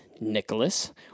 Nicholas